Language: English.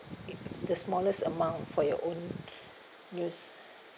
the smallest amount for your own use